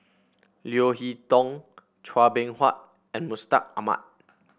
Leo Hee Tong Chua Beng Huat and Mustaq Ahmad